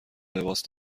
لباس